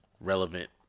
relevant